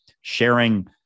sharing